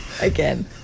Again